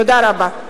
תודה רבה.